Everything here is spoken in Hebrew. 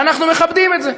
ואנחנו מכבדים את זה.